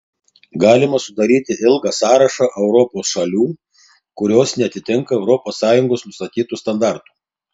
galima sudaryti ilgą sąrašą europos šalių kurios neatitinka es nustatytų standartų